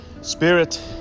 Spirit